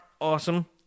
awesome